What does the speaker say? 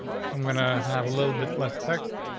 i'm gonna have a little bit less text.